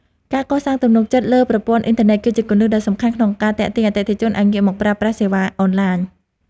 ការកសាងទំនុកចិត្តលើប្រព័ន្ធអ៊ីនធឺណិត គឺជាគន្លឹះដ៏សំខាន់ក្នុងការទាក់ទាញអតិថិជនឱ្យងាកមកប្រើប្រាស់សេវាអនឡាញ។